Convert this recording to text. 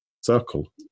circle